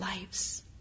lives